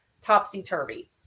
topsy-turvy